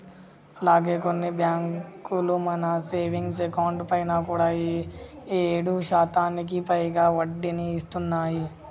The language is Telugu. అలాగే కొన్ని బ్యాంకులు మన సేవింగ్స్ అకౌంట్ పైన కూడా ఏడు శాతానికి పైగా వడ్డీని ఇస్తున్నాయి